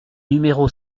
numéro